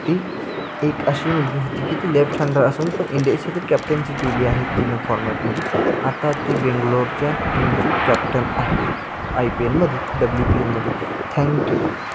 ती एक अशी मुलगी होती की ती लेफ्ट हॅन्डर असून पण इंडिया सगळं कॅप्टन्सी केली आहे तीनं फॉर्मॅटमध्ये आता ती बेंगलोरच्या टीमची कॅप्टन आहे आय पी एलमध्ये डब्ल्यू पी एलमध्ये थँक्यू